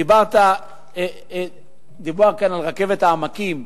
דובר כאן על רכבת העמקים.